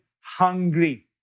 hungry